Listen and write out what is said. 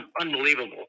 unbelievable